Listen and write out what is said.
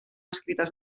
escrites